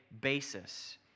basis